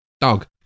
dog